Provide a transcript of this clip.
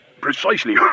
precisely